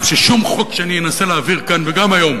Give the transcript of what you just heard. ששום חוק שאני אנסה להעביר כאן וגם היום,